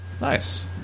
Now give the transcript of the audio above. Nice